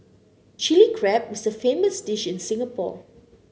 Chilli Crab is a famous dish in Singapore